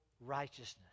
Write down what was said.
righteousness